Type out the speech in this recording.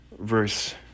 verse